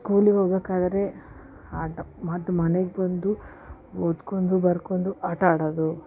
ಸ್ಕೂಲಿಗೋಗ್ಬೇಕಾದರೆ ಆಟ ಮತ್ತು ಮನೆಗ್ಬಂದು ಓದ್ಕೊಂಡು ಬರ್ಕೊಂಡು ಆಟ ಆಡೋದು